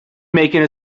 making